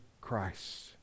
Christ